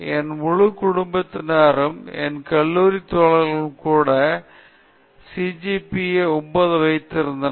என் முழு குடும்பமும் மற்றும் என் கல்லூரி தோழர்களே கூட சி ஜி பி ஏ 9 வைத்து இருந்தனர்